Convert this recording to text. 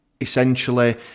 essentially